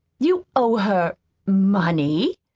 you owe her money?